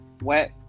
wet